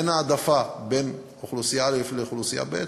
אין העדפה לאוכלוסייה א' או לאוכלוסייה ב',